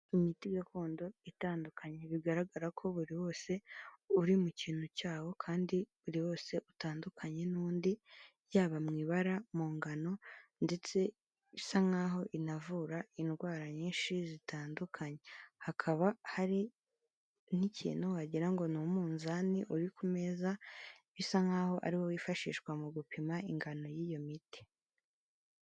Imiti gakondo itandukanye bigaragara ko buri wose uri mu kintu cyaho kandi buri wose utandukanye n'undi, yaba mu ibara, mu ngano ndetse isa nk'aho inavura indwara nyinshi zitandukanye, hakaba hari n'ikintu wagira ngo ni umunzani uri ku meza, bisa nkaho ari wo wifashishwa mu gupima ingano y'iyo miti.